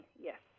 yes